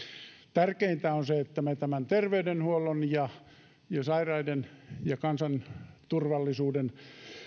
tärkeintä on se että me terveydenhuollon ja sairaiden ja kansan turvallisuuden